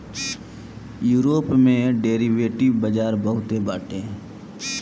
Europe में derivative बाजार बहुते बाटे